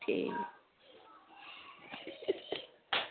ठीक ऐ